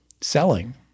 selling